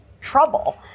trouble